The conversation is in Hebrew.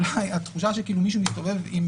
אולי התחושה שכאילו מישהו מסתובב עם